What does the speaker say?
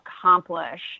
accomplish